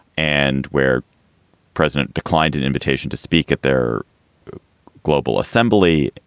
and where president declined an invitation to speak at their global assembly,